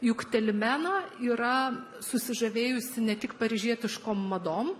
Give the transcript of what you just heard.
juk telimena yra susižavėjusi ne tik paryžietiškom madom